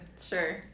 sure